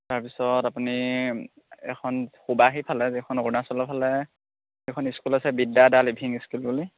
তাৰপিছত আপুনি এখন সুবাহী ফালে যিখন অৰুণাচলৰ ফালে এখন স্কুল আছে বিদ্যা দা লিভিং স্কুল বুলি